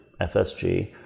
FSG